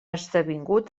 esdevingut